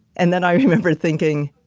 and then i remember thinking,